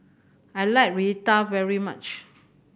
I like Raita very much